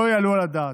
שלא יעלו על הדעת.